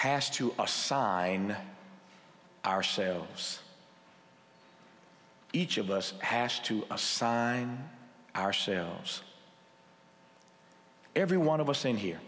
has to assign ourselves each of us has to assign our sales every one of us in here